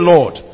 Lord